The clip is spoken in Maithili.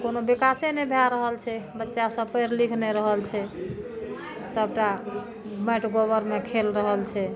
कोनो बिकासे नहि भए रहल छै बच्चा सब पैढ़ लिख नहि रहल छै सबटा माँटि गोबरमे खेल रहल छै